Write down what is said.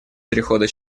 перехода